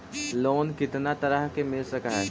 Loan कितना तरह से मिल सक है?